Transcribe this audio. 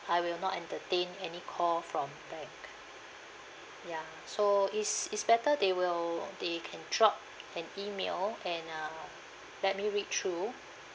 I will not entertain any call from bank ya so it's it's better they will they can drop an email and uh let me read through